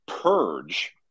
purge